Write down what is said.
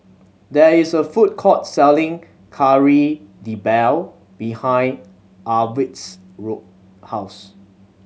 there is a food court selling Kari Debal behind Arvid's Road house